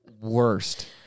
worst